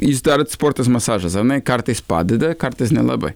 jis darot sportas masažas ane kartais padeda kartais nelabai